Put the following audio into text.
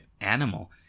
animal